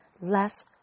Less